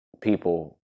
people